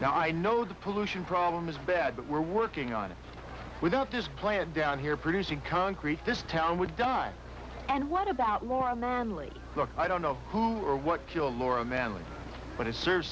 now i know the pollution problem is bad but we're working on it without this plant down here producing concrete this town would die and what about warren monley i don't know who or what killed more a man but it serves